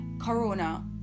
corona